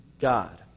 God